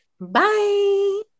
Bye